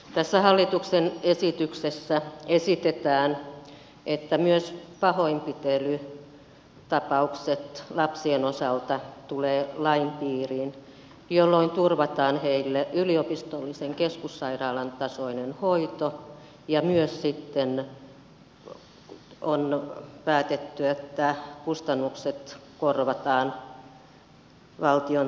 tässä hallituksen esityksessä esitetään että myös pahoinpitelytapaukset lapsien osalta tulevat lain piiriin jolloin turvataan heille yliopistollisen keskussairaalan tasoinen hoito ja myös sitten on päätetty että kustannukset korvataan valtion toimesta